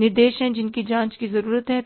निर्देश हैं जिनकी जांच की जरूरत है